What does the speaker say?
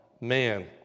man